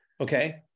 Okay